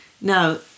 Now